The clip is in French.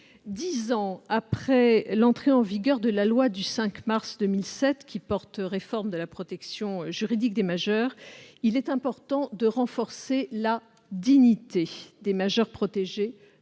dix ans après l'entrée en vigueur de la loi du 5 mars 2007 portant réforme de la protection juridique des majeurs, il importe de renforcer la dignité des majeurs protégés